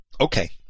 Okay